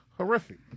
Horrific